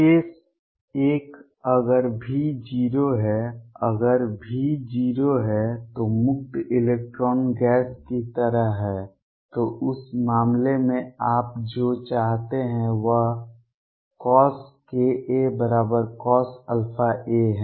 case एक अगर V 0 है अगर V 0 है तो मुक्त इलेक्ट्रॉन गैस की तरह है तो उस मामले में आप जो चाहते हैं वह CoskaCosαa है